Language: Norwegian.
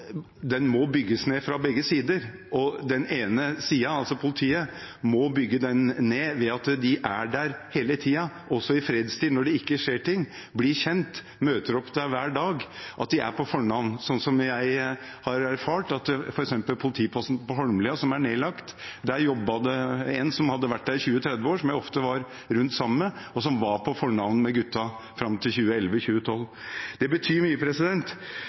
den må bygges ned fra begge sider. Den ene siden, politiet, må bygge den ned ved at de er der hele tiden, også i fredstid når det ikke skjer ting – bli kjent, møte opp der hver dag og være på fornavn. Som jeg har erfart: Ved f.eks. politiposten på Holmlia, som nå er nedlagt, jobbet det en som hadde vært der i 20–30 år, som jeg ofte var rundt sammen med, og som var på fornavn med gutta fram til 2011–2012. Det betyr mye.